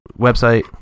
website